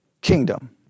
kingdom